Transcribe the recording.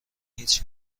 هیچ